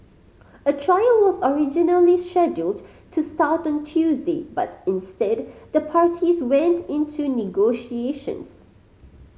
a trial was originally scheduled to start on Tuesday but instead the parties went into negotiations